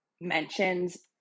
mentions